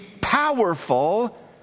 powerful